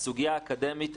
הסוגיה האקדמית,